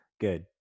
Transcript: Good